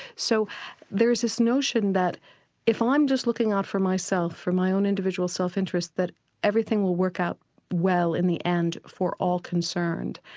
so there's this notion that if i'm just looking out for myself, for my own individual self interest, that everything will work out well in the end for all concerned.